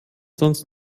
sonst